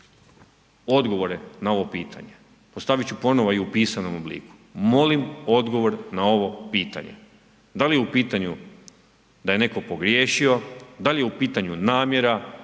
odgovore na ovo pitanje. Postavit ću ponovo i u pisanom obliku. Molim odgovor na ovo pitanje. Da li je u pitanju da je neko pogriješio, da li je u pitanju namjera,